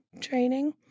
training